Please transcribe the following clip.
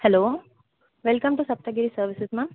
hello welcome to Saptagiri services ma'am